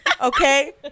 okay